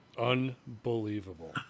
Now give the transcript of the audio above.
Unbelievable